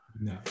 No